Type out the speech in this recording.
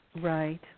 Right